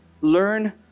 learn